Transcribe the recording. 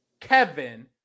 Kevin